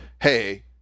hey